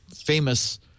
famous